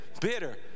bitter